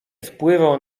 spływał